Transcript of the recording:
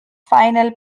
final